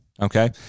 okay